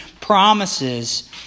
promises